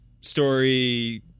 story